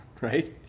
right